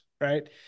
right